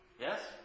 Yes